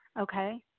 okay